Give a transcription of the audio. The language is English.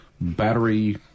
battery